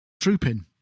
Trooping